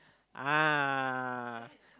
ah